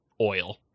oil